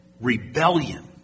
rebellion